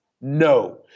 No